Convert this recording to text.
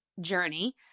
journey